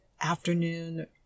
afternoon